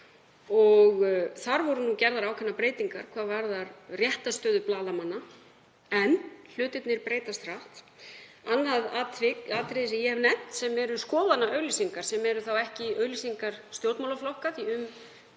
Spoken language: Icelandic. og þar voru gerðar ákveðnar breytingar hvað varðar réttarstöðu blaðamanna. En hlutirnir breytast hratt. Annað atriði sem ég hef nefnt eru skoðanaauglýsingar, sem eru þá ekki auglýsingar stjórnmálaflokka því